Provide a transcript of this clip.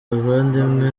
bavandimwe